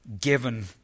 given